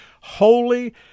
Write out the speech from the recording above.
holy